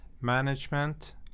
Management